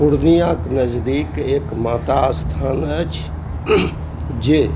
पूर्णियाँक नजदीक एक माता स्थान अछि जे